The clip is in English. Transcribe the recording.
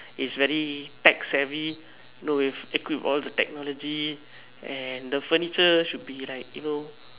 it is very tech savvy you know with equip all the technology and the furniture should be like you know